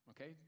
okay